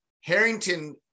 Harrington